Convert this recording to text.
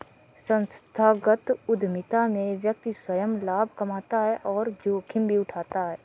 संस्थागत उधमिता में व्यक्ति स्वंय लाभ कमाता है और जोखिम भी उठाता है